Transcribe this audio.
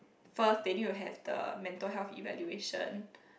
first they need to have the mental health evaluation